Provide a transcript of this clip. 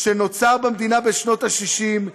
שנוצר במדינה בשנות ה-60,